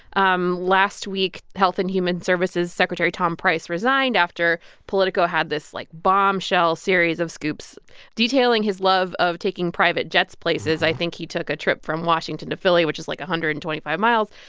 um last week, health and human services secretary tom price resigned after politico had this, like, bombshell series of scoops detailing his love of taking private jets places. i think he took a trip from washington to philly, which is like one hundred and twenty five miles.